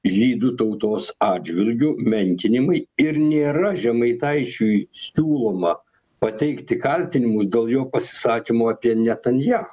žydų tautos atžvilgiu menkinimai ir nėra žemaitaičiui siūloma pateikti kaltinimus dėl jo pasisakymų apie netanjah